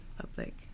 public